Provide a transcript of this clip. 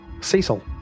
Cecil